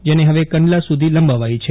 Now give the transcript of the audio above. જેને ફવે કંડલા સુધી લંબાવાઈ છે